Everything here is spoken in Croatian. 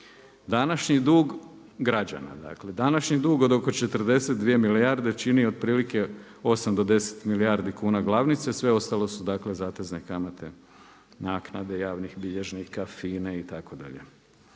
kuna, građana dakle. Današnji dug od oko 42 milijarde čini otprilike 8 do 10 milijardi kuna glavnice, sve ostalo su dakle zatezne kamate, naknade javnih bilježnika, FINA-e itd..